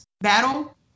battle